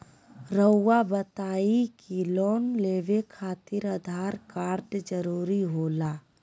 रौआ बताई की लोन लेवे खातिर आधार कार्ड जरूरी होला?